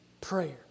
prayer